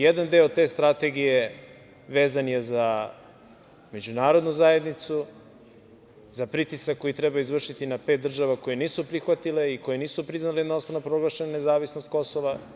Jedan deo te strategije vezan je za međunarodnu zajednicu, za pritisak koji treba izvršiti na pet država koje nisu prihvatile i koje nisu priznale jednostranu proglašenu nezavisnost Kosova.